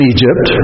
Egypt